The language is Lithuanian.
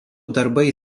darbai